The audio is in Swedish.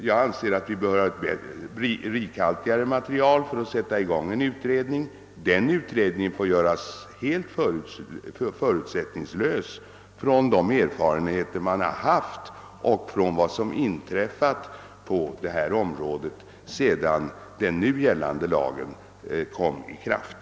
Jag anser att vi bör, när vi har tillgång till ett mer rikhaltigt material, sätta i gång en förutsättningslös utredning utifrån de erfarenheter vi vunnit och de händelser som inträffat på området sedan lagen trädde i kraft.